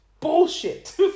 bullshit